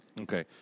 Okay